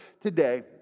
today